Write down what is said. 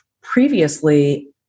previously